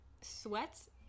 sweats